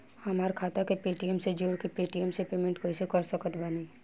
हमार खाता के पेटीएम से जोड़ के पेटीएम से पेमेंट कइसे कर सकत बानी?